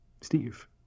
Steve